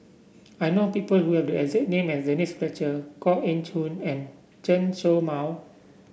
I know people who have the exact name as Denise Fletcher Koh Eng Hoon and Chen Show Mao